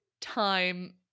time